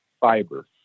fiber